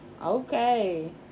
Okay